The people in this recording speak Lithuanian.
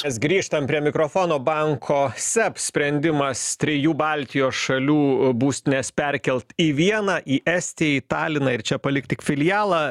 es grįžtam prie mikrofono banko seb sprendimas trijų baltijos šalių būstines perkelt į vieną į estiją į taliną ir čia palikt tik filialą